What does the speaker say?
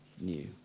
new